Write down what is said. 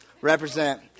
represent